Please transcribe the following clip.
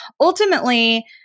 Ultimately